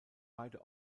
beide